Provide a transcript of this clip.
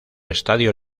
estadio